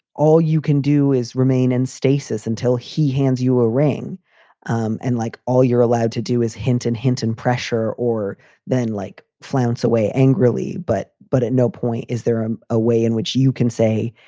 all you can do is remain in and stacie's until he hands you a ring um and like all you're allowed to do is hint, and hint and pressure or then like, flounce away angrily. but but at no point is there ah a way in which you can say,